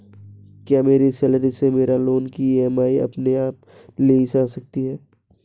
क्या मेरी सैलरी से मेरे लोंन की ई.एम.आई अपने आप ली जा सकती है?